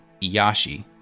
Iyashi